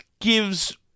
gives